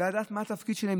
לדעת מה התפקיד שלהם.